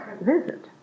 visit